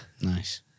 nice